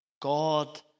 God